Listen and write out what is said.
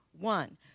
one